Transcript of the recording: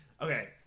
Okay